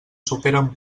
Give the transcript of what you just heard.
superen